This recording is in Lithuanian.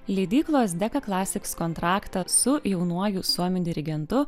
leidyklos deka klasiks kontraktą su jaunuoju suomių dirigentu